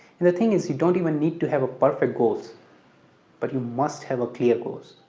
and the thing is you don't even need to have a perfect goals but you must have a clear goals